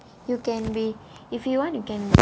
you can be if you want you can